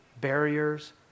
barriers